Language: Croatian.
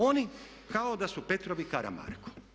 Oni kao da su Petrov i Karamarko.